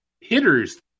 hitters